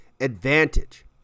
advantage